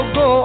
go